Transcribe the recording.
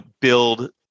build